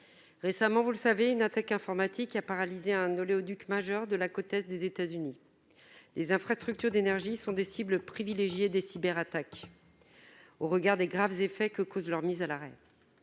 Vous le savez, une attaque informatique a paralysé un oléoduc majeur de la côte est des États-Unis. Les infrastructures d'énergie sont des cibles privilégiées des cyberattaques, au regard des graves effets que cause leur mise à l'arrêt.